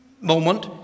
moment